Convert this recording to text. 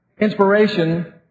inspiration